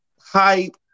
Hype